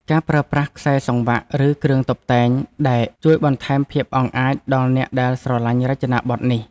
ការប្រើប្រាស់ខ្សែសង្វាក់ ឬគ្រឿងតុបតែងដែក ជួយបន្ថែមភាពអង់អាចដល់អ្នកដែលស្រឡាញ់រចនាប័ទ្មនេះ។